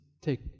take